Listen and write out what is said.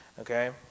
Okay